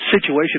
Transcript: situation